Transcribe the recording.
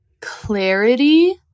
clarity